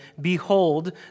Behold